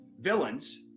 villains